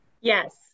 Yes